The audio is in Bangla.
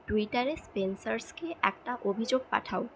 টুইটারে স্পেন্সার্সকে একটা অভিযোগ পাঠাও